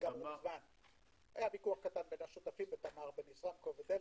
היה ויכוח בין השותפים בין תמר ו- -- ודלק.